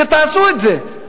שתעשו את זה.